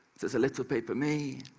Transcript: there's a little paper me.